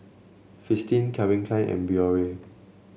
Fristine Calvin Klein and Biore